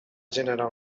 generar